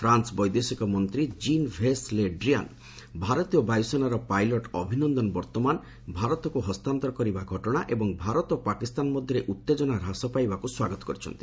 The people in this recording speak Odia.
ପ୍ରାନ୍ସ ବୈଦେଶିକ ମନ୍ତ୍ରୀ ଜିନ୍ ଭେସ୍ ଲେ ଡ୍ରିଆନ୍ ଭାରତୀୟ ବାୟୁସେନାର ପାଇଲଟ୍ ଅଭିନନ୍ଦନ ବର୍ତମାନ୍ ଭାରତକୁ ହସ୍ତାନ୍ତର କରିବା ଘଟଣା ଏବଂ ଭାରତ ଓ ପାକିସ୍ତାନ ମଧ୍ୟରେ ଉତ୍ତେଜନା ହ୍ରାସ ପାଇବାକୁ ସ୍ୱାଗତ କରିଛନ୍ତି